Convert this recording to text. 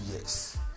yes